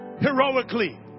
heroically